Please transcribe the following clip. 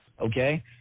okay